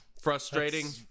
Frustrating